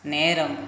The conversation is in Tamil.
நேரம்